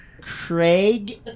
Craig